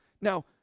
Now